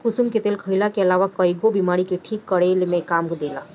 कुसुम के तेल खाईला के अलावा कईगो बीमारी के ठीक करे में काम देला